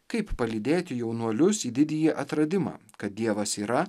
kaip palydėti jaunuolius į didįjį atradimą kad dievas yra